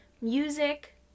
music